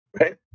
Right